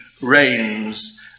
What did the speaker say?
reigns